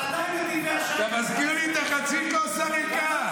אבל עדיין נתיבי השיט --- אתה מזכיר לי את חצי הכוס הריקה.